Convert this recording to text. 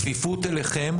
בכפיפות אליכם,